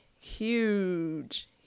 huge